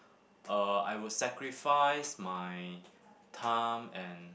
uh I would sacrifice my time and